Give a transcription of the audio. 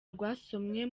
rwasomwe